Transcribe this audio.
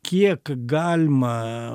kiek galima